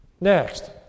Next